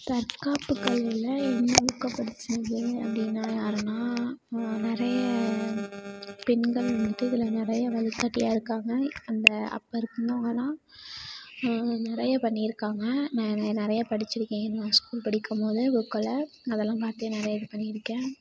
தற்காப்பு கலையில் எனக்கு பிடிச்ச பெண் அப்படின்னா யாருனால் நிறைய பெண்கள் வந்துவிட்டு இதில் நிறைய வழிகாட்டியா இருக்காங்க அந்த அப்போ இருந்தவங்களாம் நிறையா பண்ணியிருக்காங்க நெற நிறையா படிச்சுருக்கேன் நான் ஸ்கூல் படிக்கும் போது புக்கில் அதெல்லாம் பார்த்து நிறையா இது பண்ணியிருக்கேன்